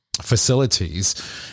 facilities